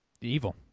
Evil